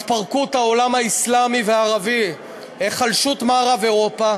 התפרקות העולם האסלאמי והערבי והיחלשות מערב אירופה,